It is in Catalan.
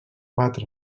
batre